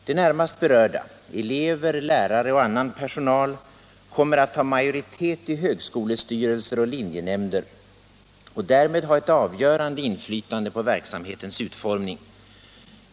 De närmast berörda —- elever, lärare och annan personal - kommer att ha majoritet i högskolestyrelser och linjenämnder och därmed ha ett avgörande inflytande på verksamhetens utformning.